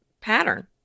pattern